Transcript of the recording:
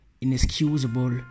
inexcusable